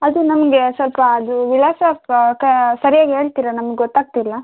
ಅದು ನಮಗೆ ಸ್ವಲ್ಪ ಅದು ವಿಳಾಸ ಸರಿಯಾಗಿ ಹೇಳ್ತೀರಾ ನಮ್ಗೆ ಗೊತ್ತಾಗ್ತಿಲ್ಲ